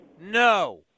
No